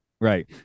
right